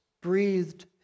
breathed